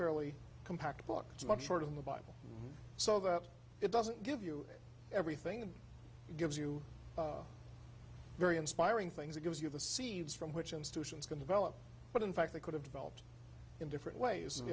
fairly compact book is much shorter than the bible so that it doesn't give you everything that gives you very inspiring things it gives you the seeds from which institutions can develop but in fact they could have developed in different ways